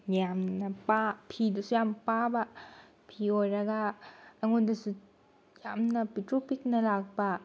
ꯌꯥꯝꯅ ꯐꯤꯗꯨꯁꯨ ꯌꯥꯝ ꯄꯥꯕ ꯐꯤ ꯑꯣꯏꯔꯒ ꯑꯩꯉꯣꯟꯗꯁꯨ ꯌꯥꯝꯅ ꯄꯤꯛꯇ꯭ꯔꯨ ꯄꯤꯛꯅ ꯂꯥꯛꯄ